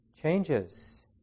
changes